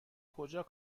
کجا